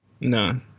No